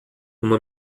uma